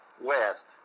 west